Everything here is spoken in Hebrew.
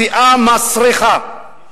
סיעה מסריחה.